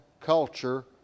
culture